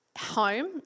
home